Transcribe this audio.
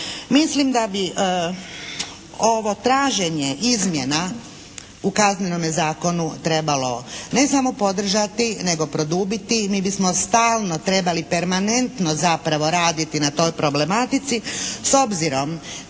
Mislim da bi ovo traženje izmjena u Kaznenome zakonu trebalo ne samo podržati nego produbiti i mi bismo stalno trebali, permanentno zapravo raditi na toj problematici s obzirom da